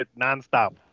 nonstop